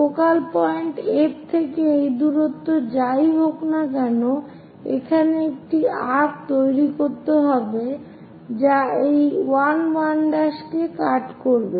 focal point F থেকে এই দূরত্ব যাই হোক না কেন এখানে একটি আর্ক্ তৈরি করতে হবে যা এই 1 1' কে কাট করবে